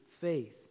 faith